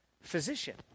physician